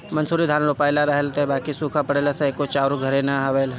मंसूरी धान रोपाइल रहल ह बाकि सुखा पड़ला से एको चाउर घरे ना आइल हवे